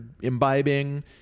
imbibing